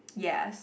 yes